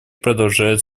продолжает